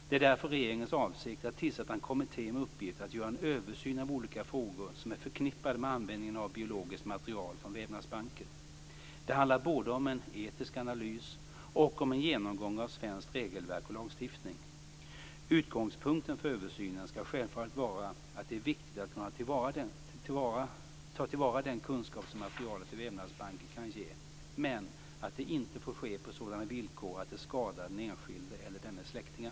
Det är därför regeringens avsikt att tillsätta en kommitté med uppgift att göra en översyn av olika frågor som är förknippade med användningen av biologiskt material från vävnadsbanker. Det handlar både om en etisk analys och om en genomgång av svenskt regelverk och lagstiftning. Utgångspunkten för översynen skall självfallet vara att det är viktigt att kunna ta till vara den kunskap som materialet i vävnadsbanker kan ge, men att det inte får ske på sådana villkor att det skadar den enskilde eller dennes släktingar.